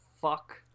fuck